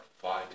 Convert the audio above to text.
fighting